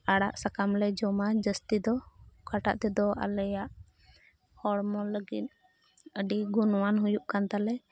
ᱟᱲᱟᱜ ᱥᱟᱠᱟᱢ ᱞᱮ ᱡᱚᱢᱟ ᱡᱟᱹᱥᱛᱤ ᱫᱚ ᱚᱠᱟᱴᱟᱜ ᱛᱮᱫᱚ ᱟᱞᱮᱭᱟᱜ ᱦᱚᱲᱢᱚ ᱞᱟᱹᱜᱤᱫ ᱟᱹᱰᱤ ᱜᱩᱱᱢᱟᱱ ᱦᱩᱭᱩᱜ ᱠᱟᱱ ᱛᱟᱞᱮ